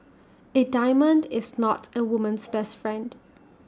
A diamond is not A woman's best friend